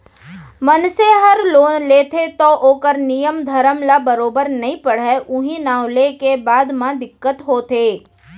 मनसे हर लोन लेथे तौ ओकर नियम धरम ल बरोबर नइ पढ़य उहीं नांव लेके बाद म दिक्कत होथे